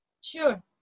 sure